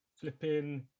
Flipping